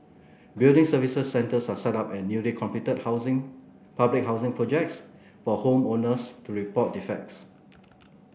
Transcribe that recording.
building services centres are set up at newly completed housing public housing projects for home owners to report defects